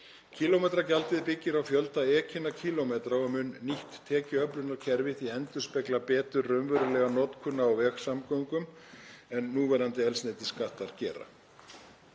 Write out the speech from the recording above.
Kílómetragjaldið byggir á fjölda ekinna kílómetra og mun nýtt tekjuöflunarkerfi því endurspegla betur raunverulega notkun á vegasamgöngum en núverandi eldsneytisskattar gera.